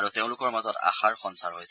আৰু তেওঁলোকৰ মাজত ব্যাপক আশাৰ সঞ্চাৰ হৈছে